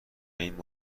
این